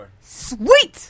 Sweet